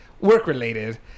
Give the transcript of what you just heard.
work-related